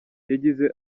yagize